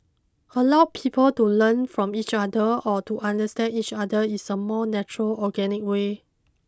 allow people to learn from each other or to understand each other is a more natural organic way